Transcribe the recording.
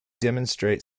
demonstrate